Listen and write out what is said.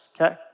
okay